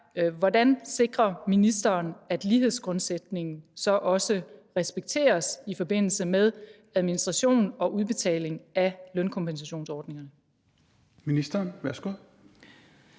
Hvordan sikrer ministeren, at lighedsgrundsætningen så også respekteres i forbindelse med administrationen og udbetalingen af lønkompensationsordningen?